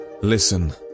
Listen